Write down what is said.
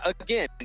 again